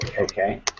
Okay